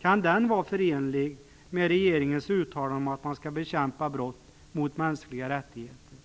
kan vara förenlig med regeringens uttalanden om att man skall bekämpa brott mot mänskliga rättigheter.